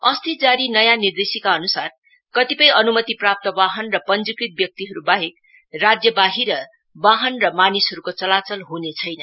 अस्ती जारी नयाँ निर्देशिका अनुसार कतिपय अनुमतिप्राप्त वाहन र पंजीकृत व्यक्तिहरूबाहेक राज्यबाहिक वाहन र मानिसहरूको चलाचल हुनेछैन